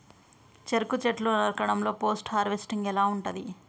చెరుకు చెట్లు నరకడం లో పోస్ట్ హార్వెస్టింగ్ ఎలా ఉంటది?